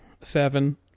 Seven